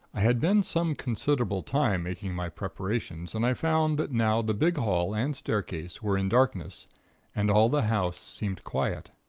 i had been some considerable time making my preparations and i found that now the big hall and staircase were in darkness and all the house seemed quiet.